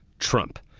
trump